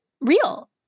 real